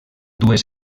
dues